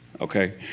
okay